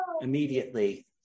immediately